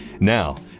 Now